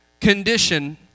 condition